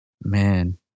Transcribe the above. man